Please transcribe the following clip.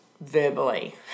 verbally